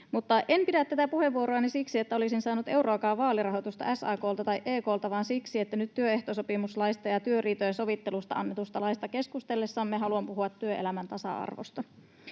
En pidä tätä puheenvuoroani siksi, että olisin saanut euroakaan vaalirahoitusta SAK:lta tai EK:lta, vaan siksi, että nyt työehtosopimuslaista ja työriitojen sovittelusta annetusta laista keskustellessamme haluan puhua työelämän tasa-arvosta.